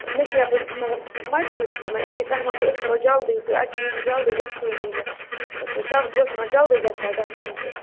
مےٚ چھِ یَپٲرۍ مطلب مجبوٗری چھےٚ مےٚ اَمے تۄہہِ وَنٮ۪و أسۍ کَرو جَلدی تہٕ اَتہِ چھُنہٕ وۅنۍ جَلدی گژھانٕے نہٕ تہٕ تَوٕ بہٕ ٲسٕس وَنان جَلدی گژھیٛا گژھُن تہٕ